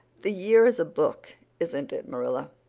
the year is a book, isn't it, marilla?